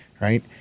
right